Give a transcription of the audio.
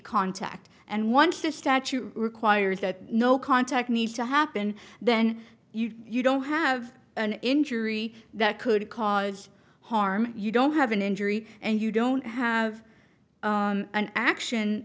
contact and once the statute requires that no contact needs to happen then you don't have an injury that could cause harm you don't have an injury and you don't have an action